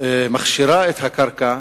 מכשירה את הקרקע